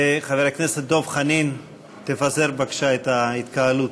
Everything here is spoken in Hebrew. וחבר הכנסת דב חנין, תפזר בבקשה את ההתקהלות.